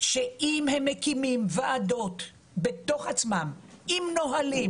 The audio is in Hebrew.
שאם הם מקימים ועדות בתוך עצמם עם נהלים